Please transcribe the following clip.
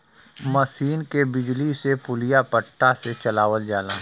मसीन के बिजली से पुलिया पट्टा से चलावल जाला